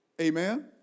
Amen